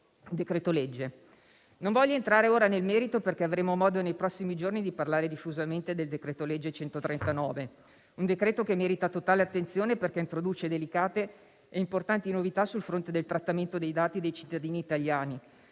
decreto-legge. Non voglio entrare ora nel merito, perché avremo modo nei prossimi giorni di parlare diffusamente del decreto-legge n. 139, un decreto che merita totale attenzione, perché introduce delicate e importanti novità sul fronte del trattamento dei dati dei cittadini italiani